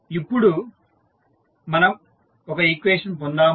ఇప్పుడు మనం ఒక ఈక్వేషన్ పొందాము